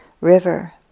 river